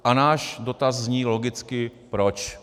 A náš dotaz zní logicky: Proč?